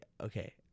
okay